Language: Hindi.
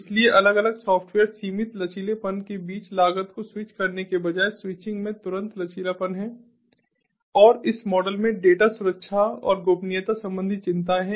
इसलिए अलग अलग सॉफ्टवेयर सीमित लचीलेपन के बीच लागत को स्विच करने के बजाय स्विचिंग में तुरंत लचीलापन है और इस मॉडल में डेटा सुरक्षा और गोपनीयता संबंधी चिंताएँ हैं